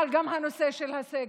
אבל גם את הנושא של הסגר.